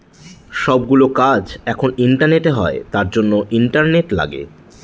সব গুলো কাজ এখন ইন্টারনেটে হয় তার জন্য ইন্টারনেট লাগে